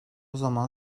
zaman